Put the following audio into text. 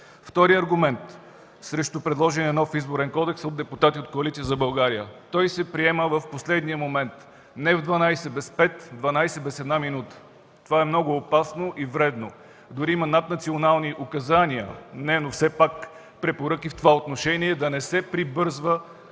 Вторият аргумент срещу предложения нов Изборен кодекс от депутати от Коалиция за България. Той се приема в последния момент – не в дванадесет без пет, в дванадесет без една минута. Това е много опасно и вредно. Дори има наднационални указания – не, но все пак препоръки в това отношение да не се прибързва